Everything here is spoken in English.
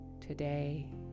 today